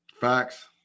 Facts